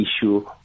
issue